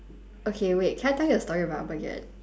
okay wait can I tell you a story about baguette